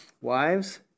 wives